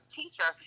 teacher